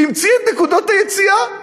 שהמציא את נקודות היציאה.